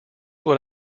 what